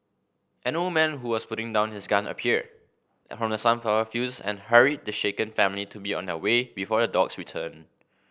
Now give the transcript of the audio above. an old man who was putting down his gun appeared from the sunflower fields and hurried the shaken family to be on their way before the dogs return